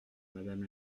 madame